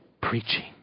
preaching